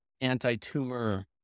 anti-tumor